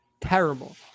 Terrible